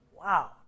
Wow